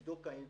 לבדוק האם